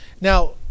Now